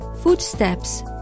Footsteps